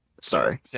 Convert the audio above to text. Sorry